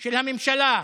של הממשלה,